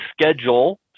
schedule